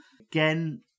Again